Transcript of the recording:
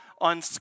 on